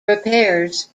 repairs